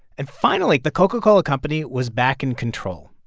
and finally the coca-cola company was back in control.